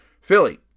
Philly